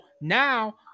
now